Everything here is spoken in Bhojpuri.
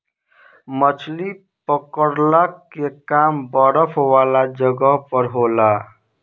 मछली पकड़ला के काम बरफ वाला जगह पर होला